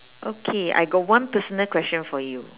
okay I got one personal question for you